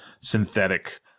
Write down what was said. synthetic